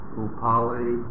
upali